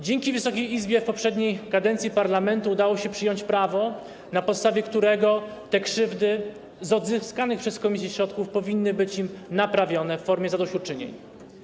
Dzięki Wysokiej Izbie w poprzedniej kadencji parlamentu udało się przyjąć prawo, na podstawie którego te krzywdy z odzyskanych przez komisję środków powinny być naprawione w formie zadośćuczynień.